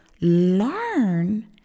learn